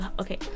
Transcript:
okay